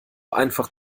einfach